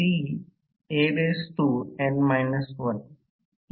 तर ज्या परिस्थितीत हे चालू आहे त्याला मागे पडणे आवश्यक आहे